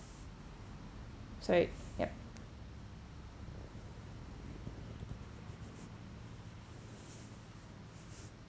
sorry yup